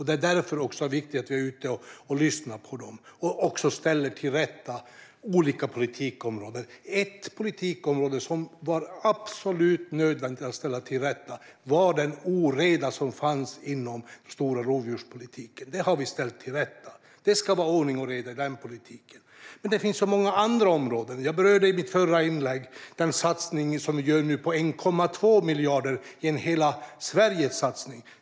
Det är därför viktigt att vi är ute och lyssnar på människor och ställer olika politikområden till rätta. Ett politikområde där det var absolut nödvändigt att ställa saker till rätta är den stora rovdjurspolitiken och den oreda som fanns inom den. Vi ställt det till rätta. Det ska vara ordning och reda i den politiken. Det finns dock många andra områden. Jag berörde i mitt förra inlägg den satsning vi nu gör om 1,2 miljarder, en Hela Sverige-satsning.